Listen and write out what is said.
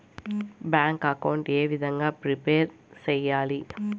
Bank account ఏ విధంగా prepare సెయ్యాలి?